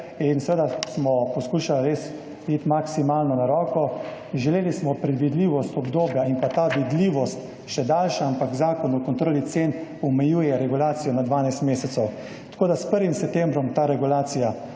smo seveda poskušali res iti maksimalno na roko. Želeli smo predvidljivost obdobja in da bi bila ta vidljivost še daljša, ampak Zakon o kontroli cen omejuje regulacijo na 12 mesecev. Tako s 1. septembrom ta regulacija